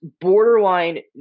borderline